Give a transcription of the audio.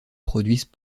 produisent